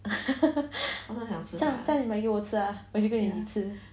这样这样你买给我吃 ah 我陪你一起吃